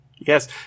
Yes